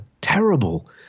terrible